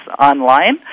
online